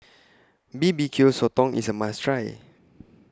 B B Q Sotong IS A must Try